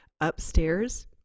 upstairs